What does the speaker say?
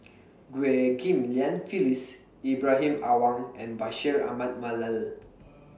Ghim Lian Phyllis Ibrahim Awang and Bashir Ahmad Mallal